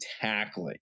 tackling